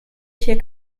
hier